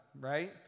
right